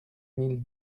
mille